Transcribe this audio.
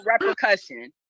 repercussion